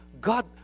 God